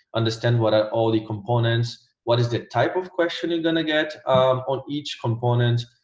understand what are all the components, what is the type of question you're gonna get on each component,